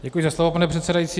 Děkuji za slovo, pane předsedající.